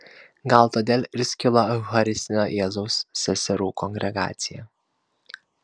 gal todėl ir skilo eucharistinio jėzaus seserų kongregacija